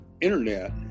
Internet